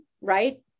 right